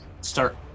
start